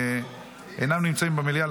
אינם נמצאים במליאה,